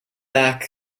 back